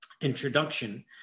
introduction